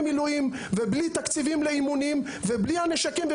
מילואים ובלי תקציבים לאימונים ובלי הנשקים,